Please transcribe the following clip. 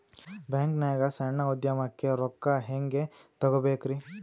ಬ್ಯಾಂಕ್ನಾಗ ಸಣ್ಣ ಉದ್ಯಮಕ್ಕೆ ರೊಕ್ಕ ಹೆಂಗೆ ತಗೋಬೇಕ್ರಿ?